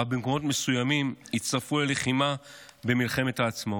ואף במקומות מסוימים הצטרפו ללחימה במלחמת העצמאות.